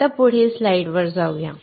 आता पुढील स्लाइडवर जाऊया